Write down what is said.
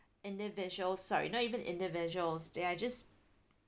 individuals sorry not even individuals they are just